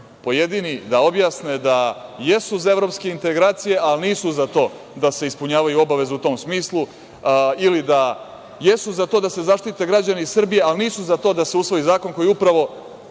pojedini da objasne jesu za evropske integracije ali nisu za to da se ispunjavaju obaveze u tom smislu ili da jesu za to da se zaštite građani Srbije, ali nisu za to da se usvoji zakon koji upravo